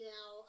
Now